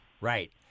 Right